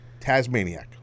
Tasmaniac